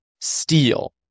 steal